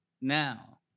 now